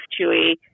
Chewy